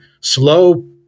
slow